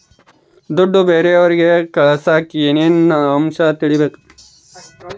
ದುಡ್ಡು ಬೇರೆಯವರಿಗೆ ಕಳಸಾಕ ಏನೇನು ಅಂಶ ತಿಳಕಬೇಕು?